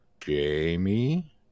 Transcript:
Jamie